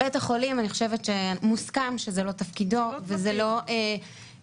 אני חושבת שמוסכם שזה לא תפקידו של בית החולים,